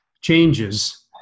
changes